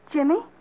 Jimmy